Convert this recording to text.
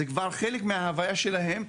זה כבר חלק מההוויה שלהם,